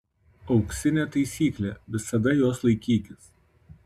auksinė taisyklė visada jos laikykis